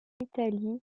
italie